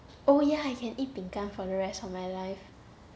oh ya I can eat 饼干 for the rest of my life